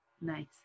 Nice